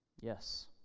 Yes